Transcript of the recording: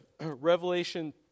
Revelation